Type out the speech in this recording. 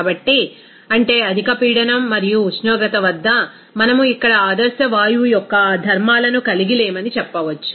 కాబట్టి అంటే అధిక పీడనం మరియు ఉష్ణోగ్రత వద్ద మనం ఇక్కడ ఆదర్శ వాయువు యొక్క ఆ ధర్మాలను కలిగి లేమని చెప్పవచ్చు